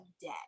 debt